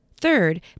Third